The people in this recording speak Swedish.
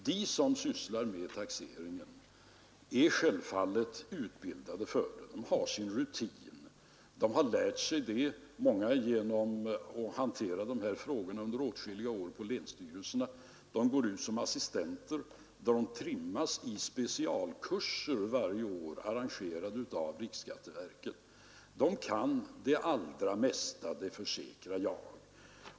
De som sysslar med taxeringen är självfallet utbildade för det. De har sin rutin. Många har lärt sig hantera de här frågorna under åtskilliga år på länsstyrelserna. De går ut som assistenter och de trimmas i specialkurser som varje år arrangeras av riksskatteverket. De kan det allra mesta, det försäkrar jag.